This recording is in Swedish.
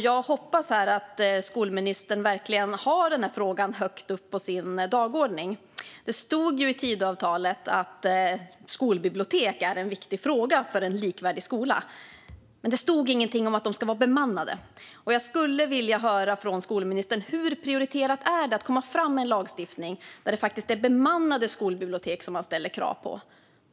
Jag hoppas att skolministern verkligen har den här frågan högt upp på sin dagordning. Det står i Tidöavtalet att skolbibliotek är en viktig fråga för en likvärdig skola, men det står inget om att de ska vara bemannade. Jag skulle vilja höra från skolministern hur prioriterat det är att komma fram med lagstiftning där det är bemannade skolbibliotek som man ställer krav på.